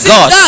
God